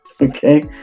Okay